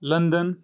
London